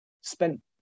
spent